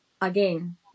again